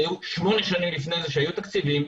הרי היו שמונה שנים לפני זה שהיו תקציבים,